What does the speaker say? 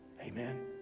Amen